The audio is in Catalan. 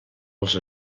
els